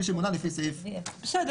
מי שמונה לפי סעיף ---" בסדר,